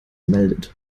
meldet